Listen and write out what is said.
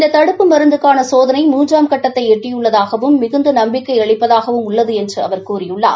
இந்த தடுப்பு மருந்துக்கான சோதனை மூன்றாம் கட்டத்தை எட்டியுள்ளதாகவும் மிகுந்த நம்பிக்கை அளிப்பதாகவும் உள்ளது என்று அவர் கூறியுள்ளார்